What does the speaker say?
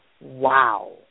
Wow